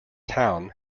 town